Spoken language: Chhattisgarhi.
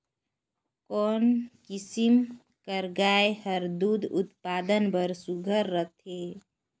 कोन किसम कर गाय हर दूध उत्पादन बर सुघ्घर रथे?